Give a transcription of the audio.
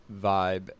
vibe